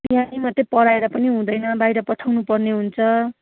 यहीँं मात्रै पढाएर पनि हुँदैन बाहिर पठाउनुपर्ने हुन्छ